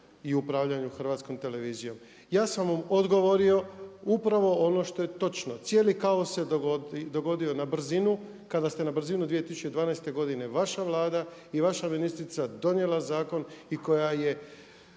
i upravljanju Hrvatskom televizijom. Ja sam mu odgovorio upravo ono što je točno. Cijeli kaos se dogodio na brzinu kada ste na brzinu 2012. godine vaša Vlada i vaša ministrica donijela zakon i koja je